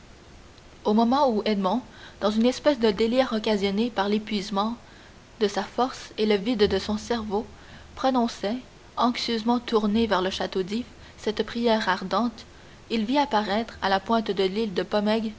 au moment où edmond dans une espèce de délire occasionné par l'épuisement de sa force et le vide de son cerveau prononçait anxieusement tourné vers le château d'if cette prière ardente il vit apparaître à la pointe de l'île de pomègue